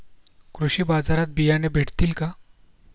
कृषी बाजारात बियाणे भेटतील का?